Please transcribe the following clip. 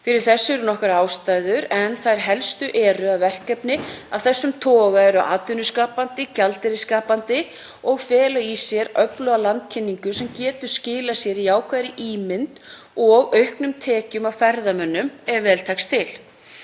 Fyrir þessu eru nokkrar ástæður en þær helstu eru að verkefni af þessum toga eru atvinnuskapandi, gjaldeyrisskapandi og fela í sér öfluga landkynningu sem getur skilað sér í jákvæðri ímynd og auknum tekjum af ferðamönnum ef vel tekst til.